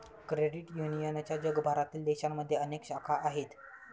credit युनियनच्या जगभरातील देशांमध्ये अनेक शाखा आहेत